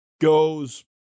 goes